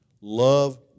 love